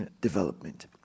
development